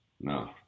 no